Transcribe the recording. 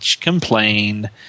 complain